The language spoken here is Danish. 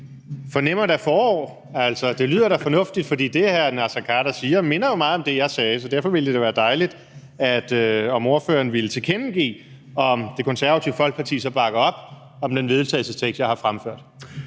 fornemmer da forår. Det lyder da fornuftigt, for det, hr. Naser Khader siger, minder meget om det, jeg sagde, så derfor ville det da være dejligt, hvis ordføreren ville tilkendegive, om Det Konservative Folkeparti så bakker op om den vedtagelsestekst, jeg har fremført.